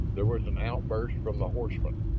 there was an outburst from the horsemen,